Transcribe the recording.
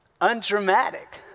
undramatic